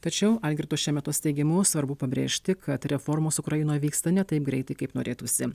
tačiau algirdo šemetos teigimu svarbu pabrėžti kad reformos ukrainoj vyksta ne taip greitai kaip norėtųsi